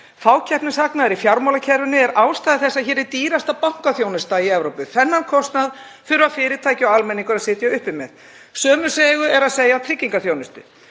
Fákeppnishagnaður í fjármálakerfinu er ástæða þess að hér er dýrasta bankaþjónusta í Evrópu. Þennan kostnað þurfa fyrirtæki og almenningur að sitja uppi með. Sömu sögu er að segja með tryggingaþjónustu.